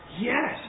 Yes